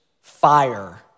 fire